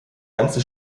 ganze